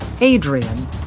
Adrian